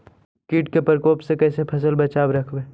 कीट के परकोप से कैसे फसल बचाब रखबय?